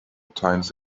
times